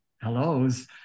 hellos